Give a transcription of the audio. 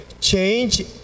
change